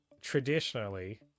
traditionally